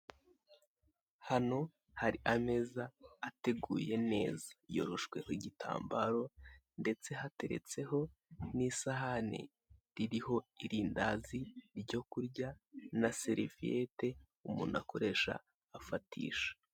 Hano hari ameza ateguye neza, yoroshweho igitambaro ndetse hateretseho n'isahane ririho irindazi ryo kurya na seriviyete umuntu akoresha afatisha.